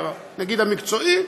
נגיד המקצועי,